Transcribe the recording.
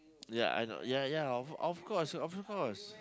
ya I know ya ya of course of course